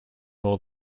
more